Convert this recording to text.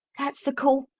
that's the call!